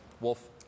Wolf